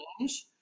change